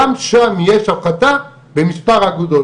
גם שם יש הפחתה במספר האגודות.